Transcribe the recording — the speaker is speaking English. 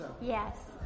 Yes